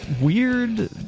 weird